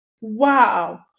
wow